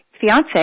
fiance